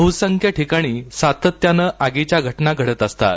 बहसंख्य ठिकाणी सातत्याने आगीच्या घटना घडतात